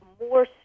more